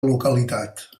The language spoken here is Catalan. localitat